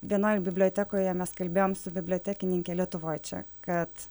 vienoj bibliotekoje mes kalbėjom su bibliotekininke lietuvoj čia kad